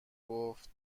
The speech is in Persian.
گفت